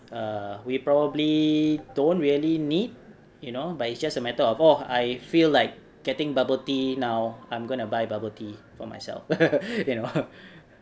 uh we probably don't really need you know but it's just a matter oh I feel like getting bubble tea now I'm going to buy bubble tea for myself you know